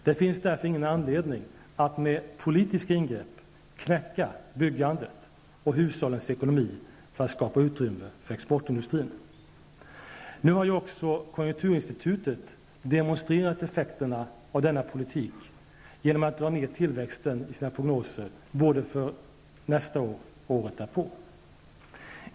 Det finns därför ingen anledning att med politiska ingrepp knäcka byggandet och hushållens ekonomi för att skapa utrymme för exportindustrin. Nu har konjunkturinstitutet demonstrerat effekterna av denna politik genom att i sina prognoser dra ner tillväxten både för nästa år och året därpå.